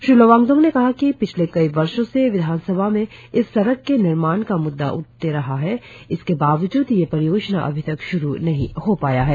श्री लोवांगडिंग ने कहा कि पिछले कई वर्षों से विधानसभा में इस सड़क के निर्माण का मुद्दा उठते रहा है इसके बावजूद यह परियोजना अभी तक श्रु नही हो पाया है